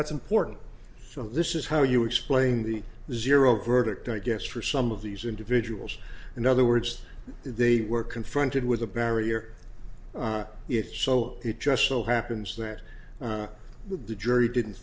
that's important so this is how you explain the zero verdict i guess for some of these individuals in other words they were confronted with a barrier if so it just so happens that the jury didn't